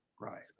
Right